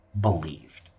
believed